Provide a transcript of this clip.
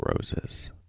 roses